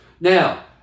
Now